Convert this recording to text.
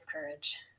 Courage